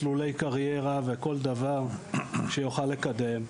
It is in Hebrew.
מסלולי קריירה וכל דבר שיוכל לקדם.